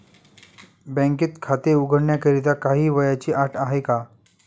बँकेत खाते उघडण्याकरिता काही वयाची अट आहे का?